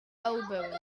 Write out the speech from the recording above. elbowing